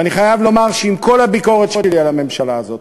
ואני חייב לומר שעם כל הביקורת שלי על הממשלה הזאת,